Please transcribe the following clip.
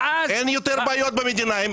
ואז --- אין יותר בעיות במדינה,